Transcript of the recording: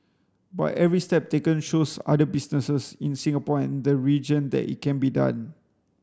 but every step taken shows other businesses in Singapore and the region that it can be done